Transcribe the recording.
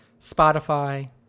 Spotify